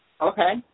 Okay